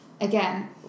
again